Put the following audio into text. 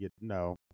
No